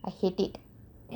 I hate it